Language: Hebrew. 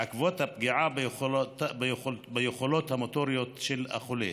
בעקבות הפגיעה ביכולות המוטוריות של החולה